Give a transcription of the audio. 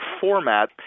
format